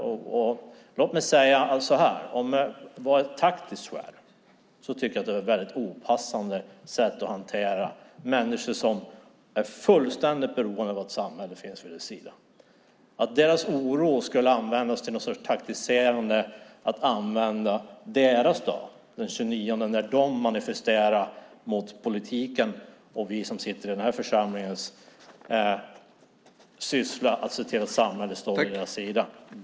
Låt mig säga följande: Om detta gjordes av taktiska skäl tycker jag att det var ett opassande sätt att hantera människor som är fullständigt beroende av att samhället står vid deras sida, att taktisera i fråga om deras oro och använda deras dag den 29 maj. Det är den dag då de manifesterar mot politiken och oss som sitter i denna församling. Man måste se till att samhället står på deras sida.